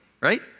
right